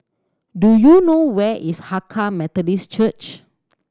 do you know where is Hakka Methodist Church